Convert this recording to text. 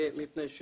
קודם כל